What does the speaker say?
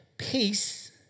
Peace